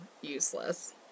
useless